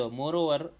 moreover